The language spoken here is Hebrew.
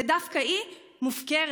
ודווקא היא מופקרת.